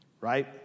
right